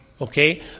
Okay